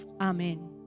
Amen